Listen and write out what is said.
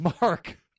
Mark